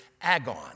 agon